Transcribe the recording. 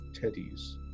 Teddy's